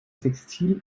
textil